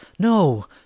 No